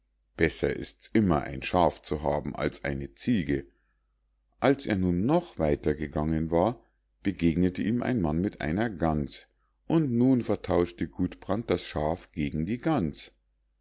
besser ist's immer ein schaf zu haben als eine ziege als er nun noch weiter gegangen war begegnete ihm ein mann mit einer gans und nun vertauschte gudbrand das schaf gegen die gans